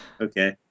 Okay